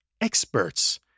Experts